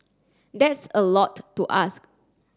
that's a lot to ask